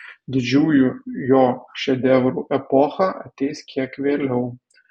didžiųjų jo šedevrų epocha ateis kiek vėliau